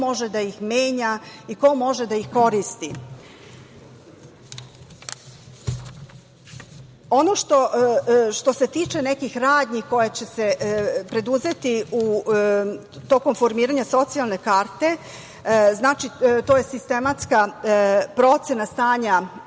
ko može da ih menja, i ko može da ih koristi. Što se tiče nekih radnji koje će se preduzeti tokom formiranja socijalne karte, znači to je sistematska procena stanja